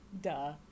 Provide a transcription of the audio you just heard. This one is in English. duh